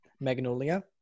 Magnolia